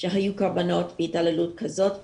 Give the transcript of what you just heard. שהיו קורבנות להתעללות כזאת בירושלים.